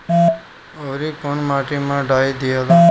औवरी कौन माटी मे डाई दियाला?